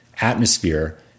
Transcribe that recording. atmosphere